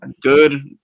good